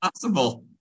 Possible